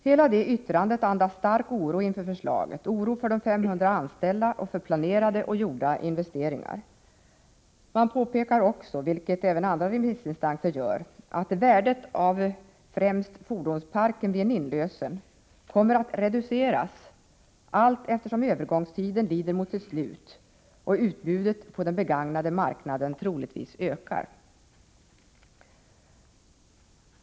Hela det yttrandet andas stark oro — oro för de 500 anställda och för planerade och gjorda investeringar. Postens diligenstrafik påpekar också, vilket även andra remissinstanser gör, att värdet av främst fordonsparken vid en inlösen kommer att reduceras allteftersom övergångstiden lider mot sitt slut och utbudet på den begagnade marknaden troligtvis ökar.